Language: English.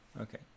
Okay